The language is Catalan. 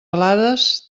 alades